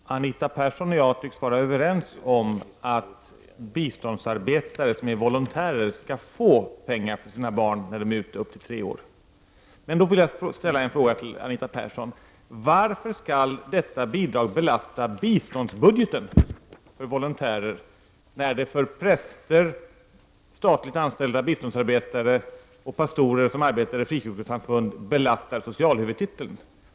Fru talman! Anita Persson och jag tycks vara överens om att biståndsarbetare som är volontärer skall få pengar för sina barn upp till tre år när de är ute och arbetar. Då vill jag ställa en fråga till Anita Persson: Varför skall detta bidrag för volontärer belasta biståndsbudgeten, när bidraget för präster, statligt anställda biståndsarbetare och pastorer som arbetar inom frikyrkosamfund belastar socialhuvudtiteln?